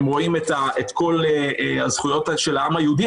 הם רואים את כל הזכויות של העם היהודי,